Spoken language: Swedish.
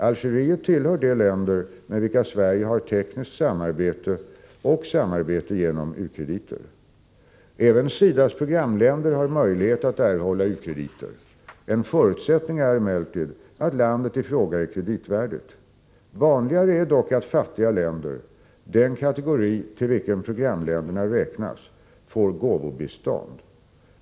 Algeriet tillhör de länder med vilka Sverige Även SIDA:s programländer har möjlighet att erhålla u-krediter. En Fredagen den förutsättning är emellertid att landet i fråga är kreditvärdigt. Vanligare är 16 november 1984 dock att fattiga länder — den kategori till vilken programländerna räknas — får gåvobistånd.